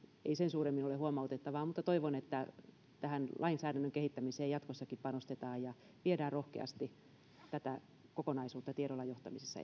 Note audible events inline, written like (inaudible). ei sen suuremmin ole huomautettavaa mutta toivon että lainsäädännön kehittämiseen jatkossakin panostetaan ja viedään rohkeasti tätä kokonaisuutta tiedolla johtamisessa (unintelligible)